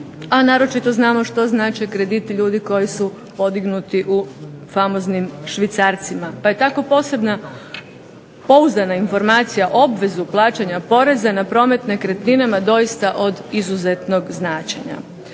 a naročito znamo što znače krediti ljudi koji su podignuti u famoznim Švicarcima. Pa je tako posebna pouzdana informacijama obvezu plaćanja poreza na promet nekretninama doista od izuzetnog značenja.